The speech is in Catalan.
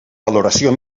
valoració